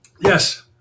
Yes